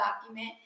document